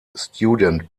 student